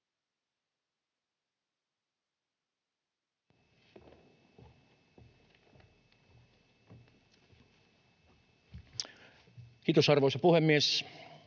Kiitos, arvoisa puhemies!